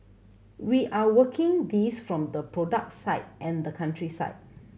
we are working this from the product side and the country side